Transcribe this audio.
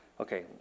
Okay